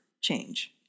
change